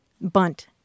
Bunt